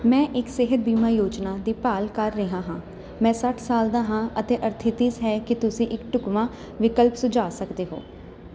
ਮੈਂ ਇੱਕ ਸਿਹਤ ਬੀਮਾ ਯੋਜਨਾ ਦੀ ਭਾਲ ਕਰ ਰਿਹਾ ਹਾਂ ਮੈਂ ਸੱਠ ਸਾਲ ਦਾ ਹਾਂ ਅਤੇ ਅਰਥਰੀਟੀਸ ਹੈ ਕੀ ਤੁਸੀਂ ਇੱਕ ਢੁੱਕਵਾਂ ਵਿਕਲਪ ਸੁਝਾ ਸਕਦੇ ਹੋ